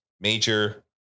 major